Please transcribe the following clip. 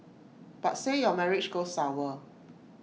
but say your marriage goes sour